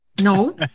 No